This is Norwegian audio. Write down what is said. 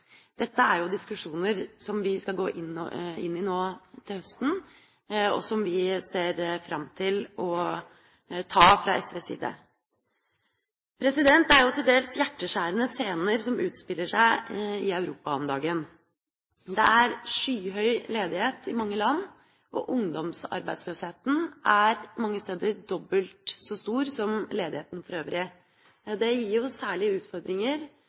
Dette er jo diskusjoner som vi skal gå inn i nå til høsten, og som vi ser fram til å ta fra SVs side. Det er jo til dels hjerteskjærende scener som utspiller seg i Europa om dagen. Det er skyhøy ledighet i mange land, og ungdomsarbeidsløsheten er mange steder dobbelt så stor som ledigheten for øvrig. Det gir jo særlig utfordringer